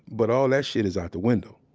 but all that shit is out the window.